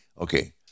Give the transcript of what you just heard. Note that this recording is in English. okay